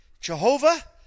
Jehovah